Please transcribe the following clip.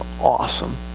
awesome